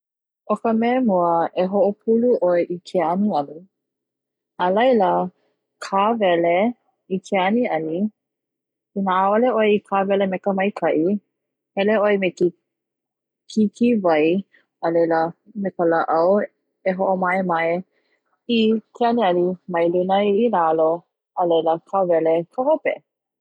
O ka mea mua, e hoʻopulu ʻoe i ke aniani alaila kawele i ke aniani ina ʻaʻole ʻoe kawele me ka maikaʻi hele ʻoe me ke kiki wai alaila hela ʻoe me ka laʻau e hoʻomaʻemaʻ e i ke aniani mai luna i lalo a laila kawele ma hope.